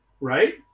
right